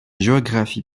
géographie